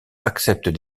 acceptent